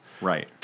Right